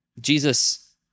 Jesus